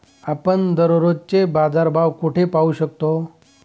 आपण दररोजचे बाजारभाव कोठे पाहू शकतो?